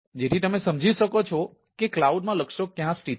જેથી તમે સમજી શકો કે ક્લાઉડમાં લક્ષ્યો ક્યાં સ્થિત છે